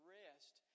rest